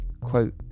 Quote